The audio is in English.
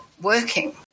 working